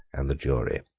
and the jury.